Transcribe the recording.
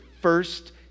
first